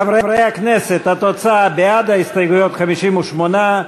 חברי הכנסת, התוצאה: בעד ההסתייגויות, 58,